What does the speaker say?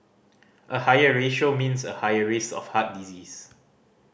a higher ratio means a higher risk of heart disease